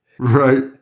Right